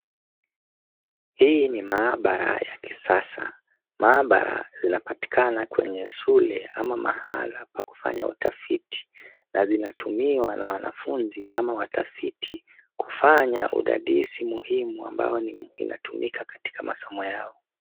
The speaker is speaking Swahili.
Hii ni maabara ya kisasa. Maabara inapatikana kwenye shule au mahali pa kufanya utafiti na zinatumiwa na wanafunzi ama watafiti kufanya udadisi muhimu ambao inatumika katika masomo yao.